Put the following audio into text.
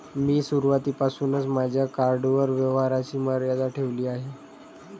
मी सुरुवातीपासूनच माझ्या कार्डवर व्यवहाराची मर्यादा ठेवली आहे